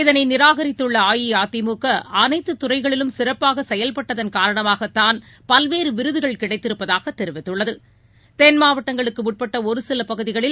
இதனைநிராகரித்துள்ளஅஇஅதிமுகஅனைத்துதுறைகளிலும் சிறப்பாகசெயல்பட்டதன் காரணமாகத்தான் பல்வேறுவிருதுகள் கிடைத்திருப்பதாகதெரிவித்துள்ளது மாவட்டங்களுக்குஉட்பட்டஒருசிலபகுதிகளில்